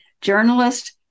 journalist